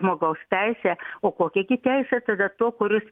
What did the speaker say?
žmogaus teisę o kokia gi teisė tada to kuris